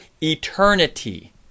eternity